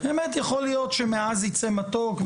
באמת יכול להיות שמעז יצא מתוק,